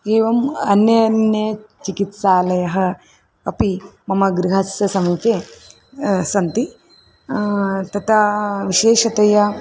एवम् अन्य अन्य चिकित्सालयः अपि मम गृहस्य समीपे सन्ति तता विशेषतया